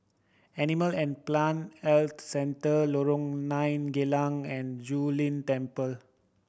Animal and Plant Health Centre Lorong Nine Geylang and Zu Lin Temple